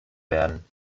werden